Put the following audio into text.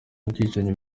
bwicanyi